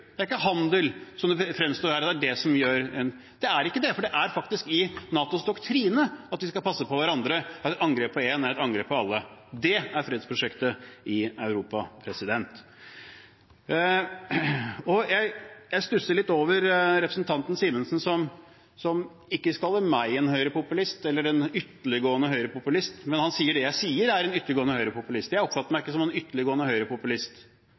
det er ikke handel som gjør det, slik det fremstår her. Det er ikke det, for det er faktisk i NATOs doktrine at vi skal passe på hverandre, at et angrep på én er et angrep på alle. Dét er fredsprosjektet i Europa. Jeg stusser litt over representanten Simensen, som ikke kaller meg en høyrepopulist eller en ytterliggående høyrepopulist, men som sier at det jeg sier , er en ytterliggående høyrepopulist. Jeg oppfatter meg ikke som en ytterliggående høyrepopulist.